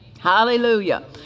Hallelujah